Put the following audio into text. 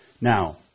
Now